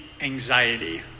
anxiety